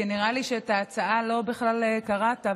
כי נראה לי שאת ההצעה בכלל לא קראת,